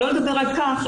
שלא לדבר על כך,